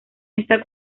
esta